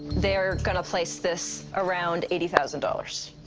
they're going to place this around eighty thousand dollars.